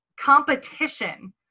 competition